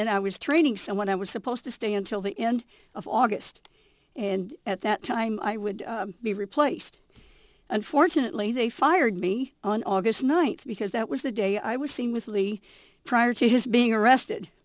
when i was training someone i was supposed to stay until the end of august and at that time i would be replaced unfortunately they fired me on august ninth because that was the day i was seen with lee prior to his being arrested